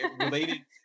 related